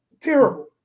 terrible